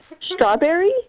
Strawberry